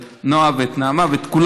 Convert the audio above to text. מיכל בירן מצטרפים, כתומכים,